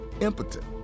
impotent